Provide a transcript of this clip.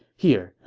here,